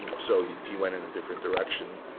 so he he went in a different direction.